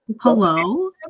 Hello